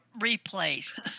replaced